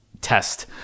test